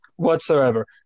Whatsoever